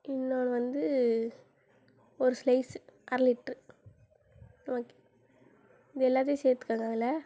இன்னொன்று வந்து ஒரு ஸ்லைஸு அரை லிட்ரு ஓகே இது எல்லாத்தையும் சேர்த்துக்கங்க அதில்